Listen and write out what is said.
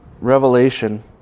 revelation